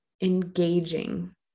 engaging